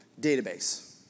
database